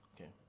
Okay